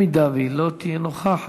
אם היא לא תהיה נוכחת,